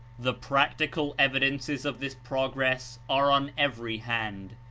the practical evidences of this progress are on every hand.